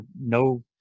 no